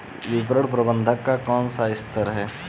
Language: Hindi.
विपणन प्रबंधन का कौन सा स्तर है?